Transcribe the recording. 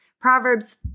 Proverbs